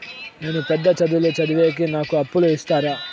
నేను పెద్ద చదువులు చదివేకి నాకు అప్పు ఇస్తారా